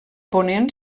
ponent